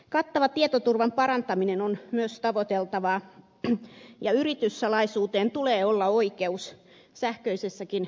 kattava tietoturvan parantaminen on myös tavoiteltavaa ja yrityssalaisuuteen tulee olla oikeus sähköisessäkin viestintämaailmassa